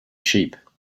sheep